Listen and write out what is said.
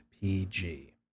pg